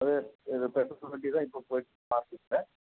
அது பெட்ரோல் வண்டி தான் இப்போ போயிட்டிருக்கு மார்க்கெட்டில்